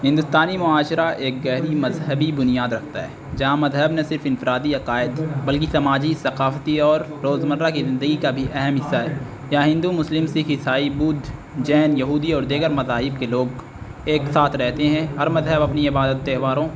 ہندوستانی معاشرہ ایک گہری مذہبی بنیاد رکھتا ہے جہاں مذہب نے صرف انفرادی عقائد بلکہ سماجی ثقافتی اور روز مرہ کی زندگی کا بھی اہم حصہ ہے یہاں ہندو مسلم سکھ عیسائی بدھ جین یہودی اور دیگر مذاہب کے لوگ ایک ساتھ رہتے ہیں ہر مذہب اپنی عبادت تہواروں